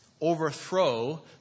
overthrow